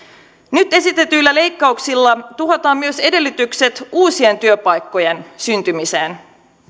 nyt esitetyillä leikkauksilla tuhotaan myös edellytykset uusien työpaikkojen syntymiseen